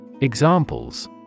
Examples